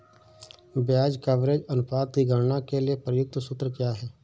ब्याज कवरेज अनुपात की गणना के लिए प्रयुक्त सूत्र क्या है?